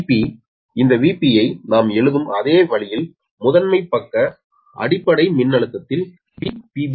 Vp இந்த Vp ஐ நாம் எழுதும் அதே வழியில் முதன்மை பக்க அடிப்படை மின்னழுத்தத்தில் VpB ஆகும்